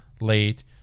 late